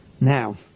Now